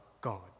God